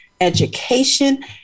education